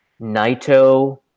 Naito